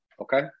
okay